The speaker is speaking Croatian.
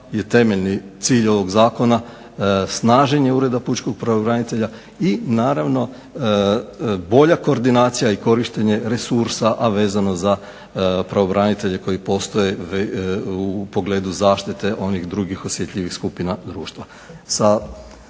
je temeljni cilj ovog zakona snaženje Ureda pučkog pravobranitelja i naravno bolja koordinacija i korištenje resursa, a vezano za pravobranitelje koji postoje u pogledu zaštite onih drugih osjetljivih skupina društva.